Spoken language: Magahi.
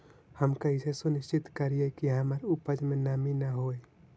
हम कैसे सुनिश्चित करिअई कि हमर उपज में नमी न होय?